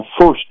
first